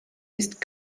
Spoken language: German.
ist